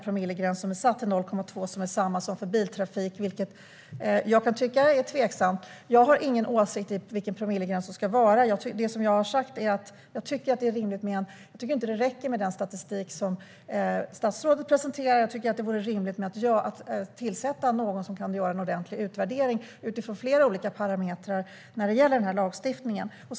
Promillegränsen är satt till 0,2, samma som för biltrafik, vilket jag kan tycka är tveksamt. Jag har ingen åsikt om vilken promillegräns som ska gälla. Det som jag har sagt är att jag inte tycker att det räcker med den statistik som statsrådet presenterar. Jag tycker att det vore rimligt att tillsätta någon som kan göra en ordentlig utvärdering utifrån flera olika parametrar när det gäller den här lagstiftningen.